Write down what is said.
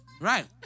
Right